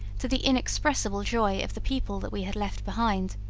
to the inexpressible joy of the people that we had left behind,